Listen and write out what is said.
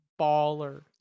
baller